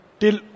till